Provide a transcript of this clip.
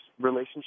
relationship